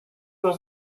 was